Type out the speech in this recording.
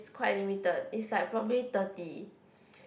quite limited is like probably thirty